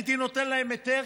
הייתי נותן להם היתר,